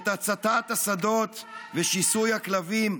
את הצתת השדות ושיסוי הכלבים,